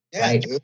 right